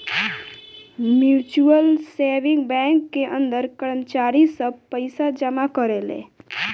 mutual saving bank के अंदर कर्मचारी सब पइसा जमा करेले